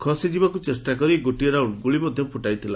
ଖସିଯିବାକୁ ଚେଷ୍ଟାକରି ଗୋଟିଏ ରାଉଣ୍ଡ୍ ଗୁଳି ଫୁଟାଇଥିଲା